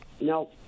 no